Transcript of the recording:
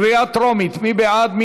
קריאה טרומית, מי בעד?